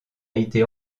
été